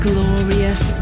Glorious